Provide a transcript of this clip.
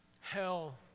Hell